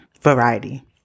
variety